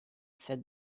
said